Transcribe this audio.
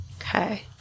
Okay